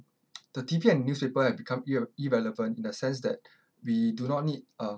the T_V and newspaper have become irre~ irrelevant in the sense that we do not need um